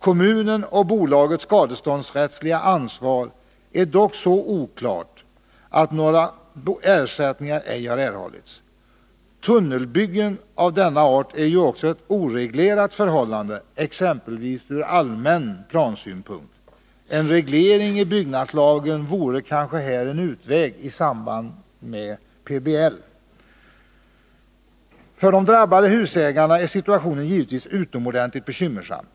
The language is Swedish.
Kommunens och bolagets skaderättsliga ansvar är dock så oklart att någon ersättning ej har erhållits. Tunnelbygge av denna art är ju också ett oreglerat förhållande, exempelvis ur allmän plansynpunkt. En reglering i byggnadslagen vore kanske här en utväg i samband med PBL. För de drabbade husägarna är situationen givetvis utomordentligt bekymmersam.